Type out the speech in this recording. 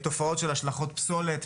תופעות של השלכות פסולת,